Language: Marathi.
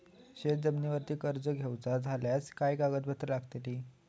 शेत जमिनीवर कर्ज घेऊचा झाल्यास काय कागदपत्र लागतली?